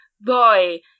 boy